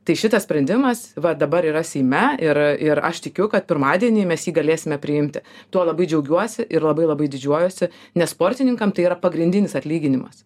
tai šitas sprendimas va dabar yra seime ir ir aš tikiu kad pirmadienį mes jį galėsime priimti tuo labai džiaugiuosi ir labai labai didžiuojuosi nes sportininkam tai yra pagrindinis atlyginimas